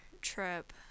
trip